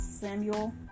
Samuel